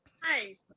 Hi